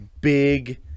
big